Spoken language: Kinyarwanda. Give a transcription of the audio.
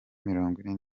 mirongwine